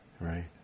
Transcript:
Right